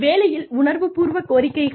வேலையில் உணர்வு பூர்வ கோரிக்கைகள்